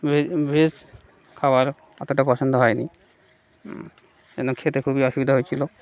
veg veg খাবার এতোটা পছন্দ হয় নি এজন্য খেতে খুবই অসুবিধা হয়েছিলো